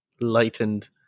lightened